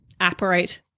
apparate